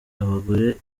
abagore